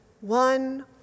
one